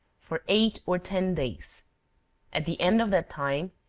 for eight or ten days at the end of that time,